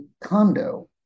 condo